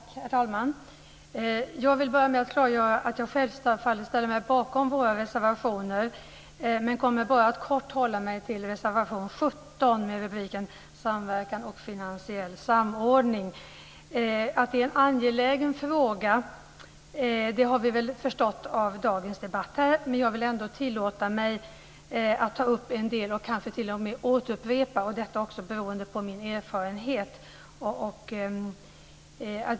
Herr talman! Jag vill börja med att klargöra att jag självklart ställer mig bakom våra reservationer men att jag bara kommer att hålla mig till reservation 17 Att det är en angelägen fråga har vi förstått av dagens debatt, men jag vill ändå tillåta mig att ta upp en del och kanske t.o.m. upprepa något, beroende på min erfarenhet.